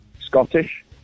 Scottish